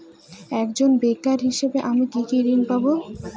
একজন বেকার হিসেবে আমি কি কি ঋণ পাব?